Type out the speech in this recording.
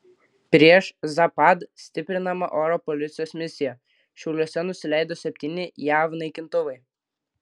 prieš zapad stiprinama oro policijos misija šiauliuose nusileido septyni jav naikintuvai